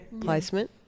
placement